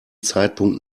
zeitpunkt